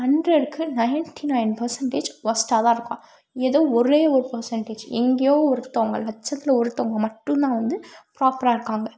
ஹண்ட்ரடுக்கு ninety nine percentage ஒஸ்ட்டாக தான் இருக்கும் ஏதோ ஒரே ஒரு பர்சன்டேஜ் எங்கேயோ ஒருத்தங்க லட்சத்தில் ஒருத்தங்க மட்டுந்தான் வந்து ப்ராப்பராக இருக்காங்க